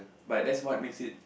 but that's what makes it